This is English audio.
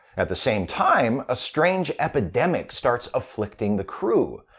at the same time, a strange epidemic starts afflicting the crew.